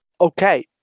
Okay